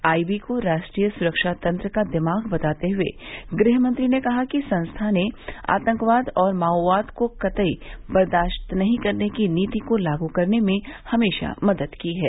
IB को राष्ट्रीय सुरक्षा तंत्र का दिमाग बताते हुए गृहमंत्री ने कहा कि संस्था ने आतंकवाद और माओवाद को कतई बर्दाश्त नहीं करने की नीति को लागू करने में हमेशा मदद की है